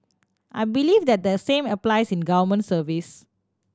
I believe that the same apply in government service